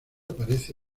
aparece